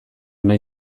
nahi